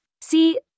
See